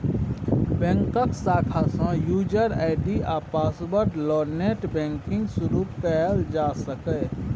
बैंकक शाखा सँ युजर आइ.डी आ पासवर्ड ल नेट बैंकिंग शुरु कयल जा सकैए